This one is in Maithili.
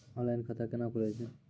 ऑनलाइन खाता केना खुलै छै?